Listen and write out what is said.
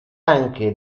anche